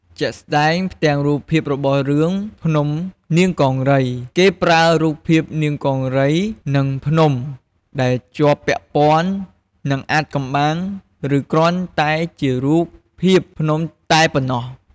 ជាក់ស្ដែង ផ្ទាំងរូបភាពរបស់រឿង 'ភ្នំនាងកង្រី' គេប្រើរូបភាពនាងកង្រី និងភ្នំដែលជាប់ពាក់ព័ន្ធនឹងអាថ៌កំបាំង ឬគ្រាន់តែជារូបភាពភ្នំតែប៉ុណ្ណោះ។